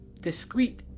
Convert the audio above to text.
discreet